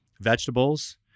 vegetables